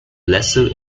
lesser